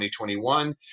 2021